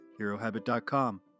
HeroHabit.com